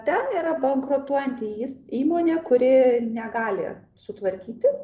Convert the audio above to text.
ten yra bankrutuojanti įs įmonė kuri negali sutvarkyti